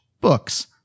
books